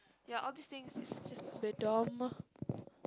ya all these things is just